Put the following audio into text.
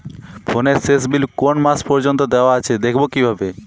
ফোনের শেষ বিল কোন মাস পর্যন্ত দেওয়া আছে দেখবো কিভাবে?